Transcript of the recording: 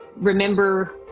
remember